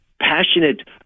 passionate